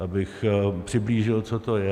Abych přiblížil, co to je.